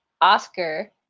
oscar